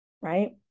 right